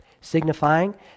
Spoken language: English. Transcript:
signifying